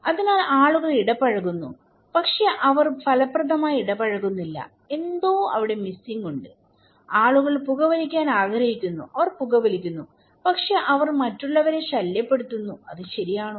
അതിനാൽ ആളുകൾ ഇടപഴകുന്നു പക്ഷേ അവർ ഫലപ്രദമായി ഇടപഴകുന്നില്ലഅവിടെ എന്തോ മിസ്സിംഗ് ഉണ്ട് ആളുകൾ പുകവലിക്കാൻ ആഗ്രഹിക്കുന്നു അവർ പുകവലിക്കുന്നു പക്ഷേ അവർ മറ്റുള്ളവരെ ശല്യപ്പെടുത്തുന്നുഅത് ശരിയാണോ